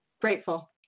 grateful